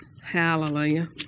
Hallelujah